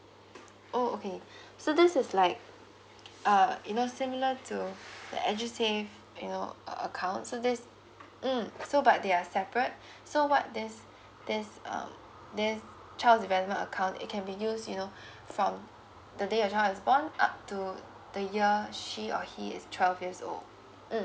oh okay so this is like uh you know similar to the edusave you know account so this mm so but they are separate so what there's there's um there's child development account it can be used you know from the day your child is born up to the year she/he is twelve years old